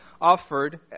offered